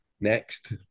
next